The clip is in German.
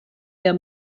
der